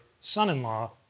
son-in-law